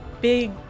big